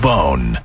Bone